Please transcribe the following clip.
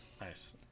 Nice